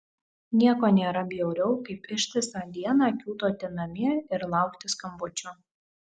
nieko nėra bjauriau kaip ištisą dieną kiūtoti namie ir laukti skambučio